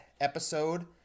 episode